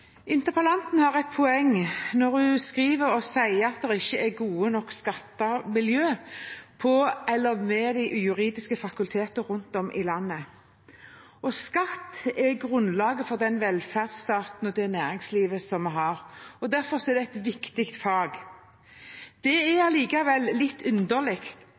gode nok skattemiljøer ved de juridiske fakultetene rundt om i landet. Skatt er grunnlaget for den velferdsstaten og det næringslivet vi har. Derfor er det et viktig fag. Det er allikevel litt underlig